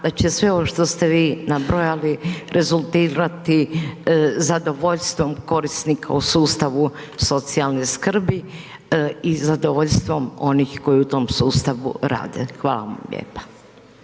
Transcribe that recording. da će se ovo što ste vi nabrojali rezultirati zadovoljstvom korisnika u sustavu socijalne skrbi i zadovoljstvom onih koji u tom sustavu rade. Hvala vam lijepa.